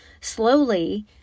slowly